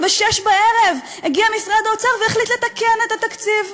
וב-18:00 הגיע משרד האוצר והחליט לתקן את התקציב,